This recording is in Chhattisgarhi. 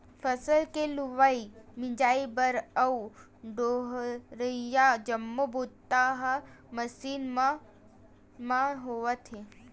फसल के लुवई, मिजई बर अउ डोहरई जम्मो बूता ह मसीन मन म होवत हे